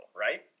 right